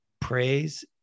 praise